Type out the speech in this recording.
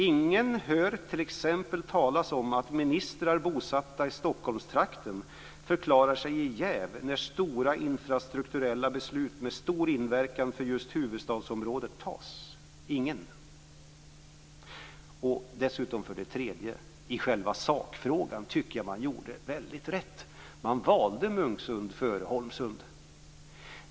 Ingen hör talas om att t.ex. ministrar bosatta i Stockholmstrakten förklarar sig jäviga när stora infrastrukturella beslut med stor inverkan på huvudstadsområdet fattas, ingen. För det tredje: I själva sakfrågan tycker jag att man gjorde rätt. Man valde Munksund före Holmsund.